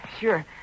sure